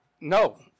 No